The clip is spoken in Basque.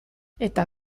eta